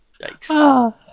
Yikes